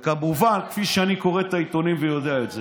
וכמובן, כפי שאני קורא את העיתונים ויודע את זה,